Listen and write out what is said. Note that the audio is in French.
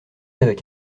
avec